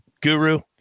Guru